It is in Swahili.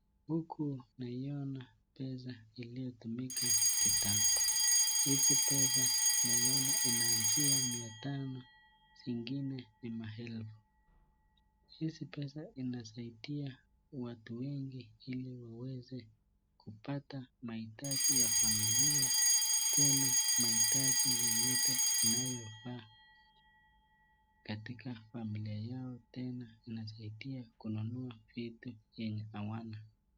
Huku naiona pesa iliyotumika kitambo. Hizi pesa naiona inaanzia mia tano zingine ni maelfu. Hizi pesa inasaidia watu wengi ili waweze kupata mahitaji ya familia tena mahitaji yeyote inayofaa katika familia yao tena inasaidia kununua vitu enye hawana.